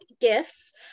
gifts